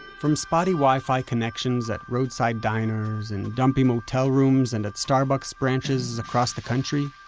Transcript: from spotty wifi connections at roadside diners, and dumpy motel rooms and at starbucks branches across the country,